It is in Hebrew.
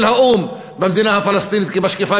של האו"ם במדינה הפלסטינית כמשקיפה,